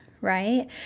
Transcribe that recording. right